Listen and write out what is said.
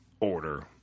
order